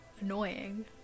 annoying